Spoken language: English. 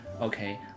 okay